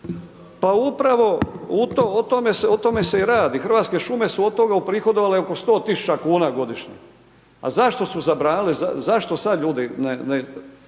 Pa upravo o tome se i radi, Hrvatske šume su od toga uprihodovale oko 100.000 kuna godišnje, a zašto su zabranile, zašto sad ljudi ne,